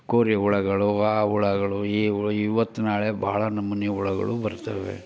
ಕೋರಿ ಹುಳುಗಳು ಆ ಹುಳುಗಳು ಇವತ್ತು ನಾಳೆ ಭಾಳ ನಮೂನೆ ಹುಳುಗಳು ಬರ್ತವೆ